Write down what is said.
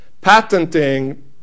patenting